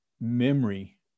memory